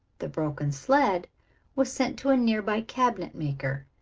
the broken sled was sent to a nearby cabinet maker,